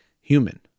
human